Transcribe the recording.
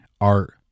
art